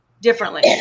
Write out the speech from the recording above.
differently